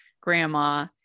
grandma